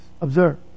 Observe